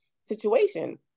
situation